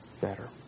better